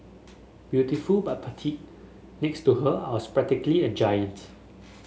beautiful but petite next to her I was practically a giant